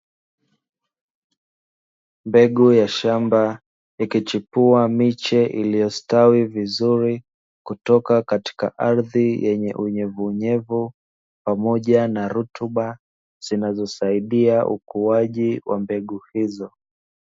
Mbegu ya shamba ikichipua miche iliyostawi vizuri kutoka katika ardhi yenye unyevunyevu, pamoja na rutuba zinazosaidia ukuaji wa mbegu hizo.